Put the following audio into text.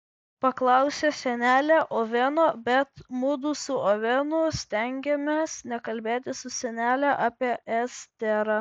paklausė senelė oveno bet mudu su ovenu stengėmės nekalbėti su senele apie esterą